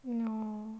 no